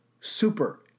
super